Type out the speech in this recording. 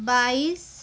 बाइस